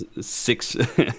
six